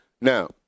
now